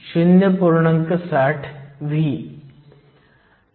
687 x 10 6 आहे